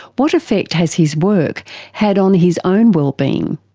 what effect has his work had on his own wellbeing?